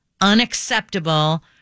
unacceptable